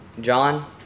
John